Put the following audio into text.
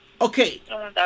Okay